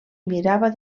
mirava